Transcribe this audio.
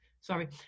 sorry